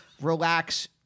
relax